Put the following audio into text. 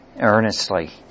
earnestly